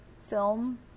film